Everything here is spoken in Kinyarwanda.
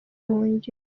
ubuhungiro